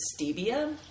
stevia